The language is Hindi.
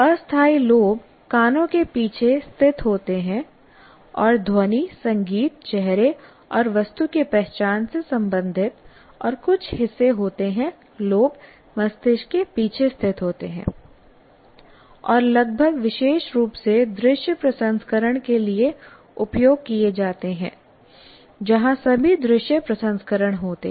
अस्थायी लोब कानों के पीछे स्थित होते हैं और ध्वनि संगीत चेहरे और वस्तु की पहचान से संबंधित और कुछ हिस्से होते हैं लोब मस्तिष्क के पीछे स्थित होते हैं और लगभग विशेष रूप से दृश्य प्रसंस्करण के लिए उपयोग किए जाते हैं जहां सभी दृश्य प्रसंस्करण होते हैं